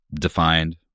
defined